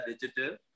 digital